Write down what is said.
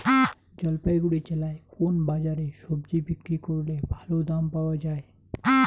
জলপাইগুড়ি জেলায় কোন বাজারে সবজি বিক্রি করলে ভালো দাম পাওয়া যায়?